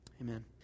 Amen